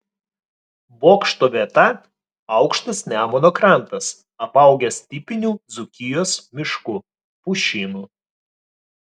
bokšto vieta aukštas nemuno krantas apaugęs tipiniu dzūkijos mišku pušynu